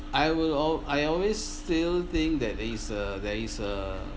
I will al~ I always still think that it's a there is a